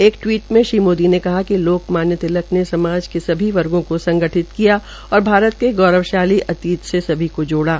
एक टवीट में श्री मोदी ने कहा कि लोकमान्य तिलक ने समाज के सभी वर्गो को संगठित किया और भारत के गौरवशाली अतीत से सभी को जोड़ा